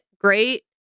great